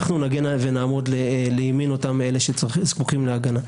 נעמוד לימין של אותם אלה שזקוקים להגנה.